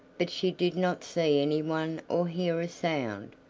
but she did not see anyone or hear a sound,